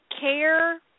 care